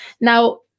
Now